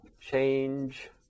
change